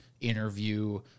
interview